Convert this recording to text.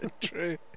True